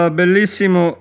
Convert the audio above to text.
bellissimo